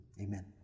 Amen